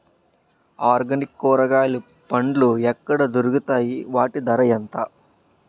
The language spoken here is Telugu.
ఆర్గనిక్ కూరగాయలు పండ్లు ఎక్కడ దొరుకుతాయి? వాటి ధర ఎంత?